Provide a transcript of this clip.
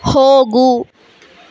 ಹೋಗು